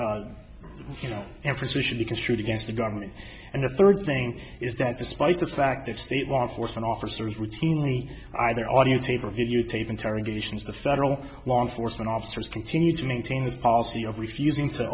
emphasis should be construed against the government and the third thing is that despite the fact that state law enforcement officers routinely either audiotape or videotape interrogations the federal law enforcement officers continue to maintain this policy of refusing to